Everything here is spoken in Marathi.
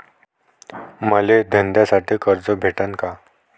मले धंद्यासाठी कर्ज भेटन का?